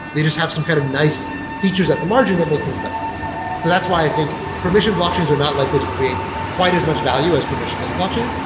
they just have some kind of nice features at the margin that made things better. so that's why i think permission blockchains are not likely to create quite as much value as permissionless blockchains.